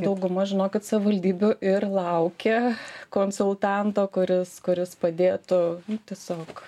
dauguma žino kad savivaldybių ir laukia konsultanto kuris kuris padėtų tiesiog